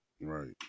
Right